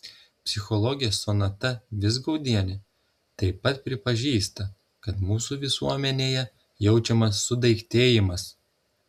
psichologė sonata vizgaudienė taip pat pripažįsta kad mūsų visuomenėje jaučiamas sudaiktėjimas